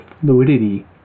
fluidity